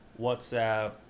Whatsapp